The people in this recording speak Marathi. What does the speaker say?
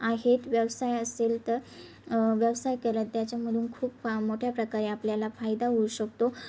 आहेत व्यवसाय असेल तर व्यवसाय केलात त्याच्यामधून खूप फा मोठ्या प्रकारे आपल्याला फायदा होऊ शकतो